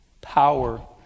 power